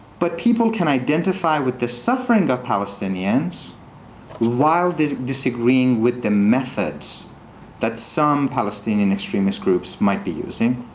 but people can identify with the suffering of palestinians while they are disagreeing with the methods that some palestinian extremist groups might be using.